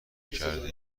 کرده